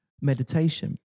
meditation